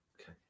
Okay